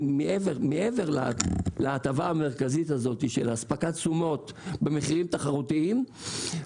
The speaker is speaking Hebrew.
מעבר להטבה המרכזית של אספקת תשומות במחירים תחרותיים,